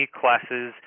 classes